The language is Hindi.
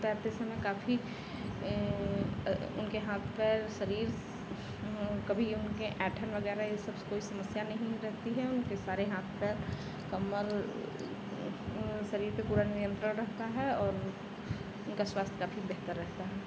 तैरते समय काफ़ी उनके हाथ पैर शरीर कभी उनके ऐँठन वग़ैरह यह सब कोई समस्या नहीं रहती है उनके सारे हाथ पैर कमर शरीर पर पूरा नियन्त्रण रहता है और उनका स्वास्थ्य काफ़ी बेहतर रहता है